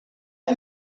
are